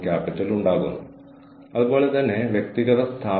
ഇതാണ് സ്ട്രാറ്റജിക് എച്ച്ആർഎമ്മിന്റെ multi level